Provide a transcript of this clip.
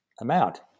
amount